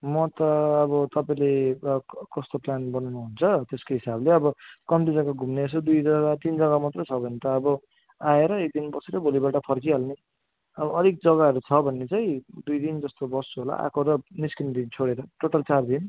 म त अब तपाईँले कस्तो प्लान बनाउनु हुन्छ त्यसको हिसाबले अब कम्ती जग्गा घुम्ने यसो दुई जग्गा तिन जग्गा मात्रै छ भने त अब आएर एकदिन बसेर भोलिपल्ट फर्किहाल्ने अब अलिक जग्गाहरू छ भने चाहिँ दुई दिन जस्तो बस्छु होला आएको र निस्किने दिन छोडेर टोटल चार दिन